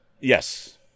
Yes